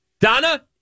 Donna